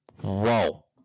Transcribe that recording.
whoa